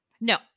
No